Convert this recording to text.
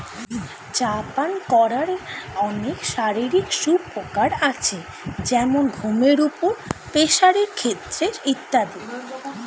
চা পান করার অনেক শারীরিক সুপ্রকার আছে যেমন ঘুমের উপর, প্রেসারের ক্ষেত্রে ইত্যাদি